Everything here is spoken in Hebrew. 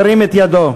ירים את ידו.